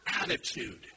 attitude